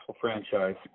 franchise